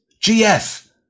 gf